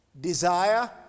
desire